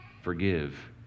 forgive